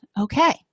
Okay